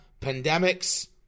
pandemics